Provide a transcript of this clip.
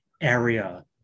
area